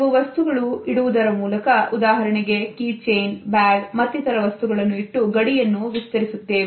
ಕೆಲವು ವಸ್ತುಗಳನ್ನು ಇಡುವುದರ ಮೂಲಕ ಉದಾಹರಣೆಗೆ ಕೀಚೇನ್ ಬ್ಯಾಗ್ ಮತ್ತಿತರ ವಸ್ತುಗಳನ್ನು ಇಟ್ಟು ಗಡಿಯನ್ನು ವಿಸ್ತರಿಸುತ್ತೇವೆ